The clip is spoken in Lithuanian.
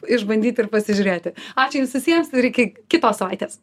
išbandyti ir pasižiūrėti ačiū jums visiems ir iki kitos savaitės